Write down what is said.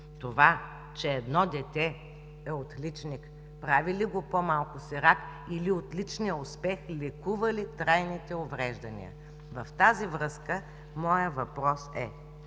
Това че едно дете е отличник прави ли го по-малко сирак или отличният успех лекува ли трайните увреждания? В тази връзка моят въпрос е: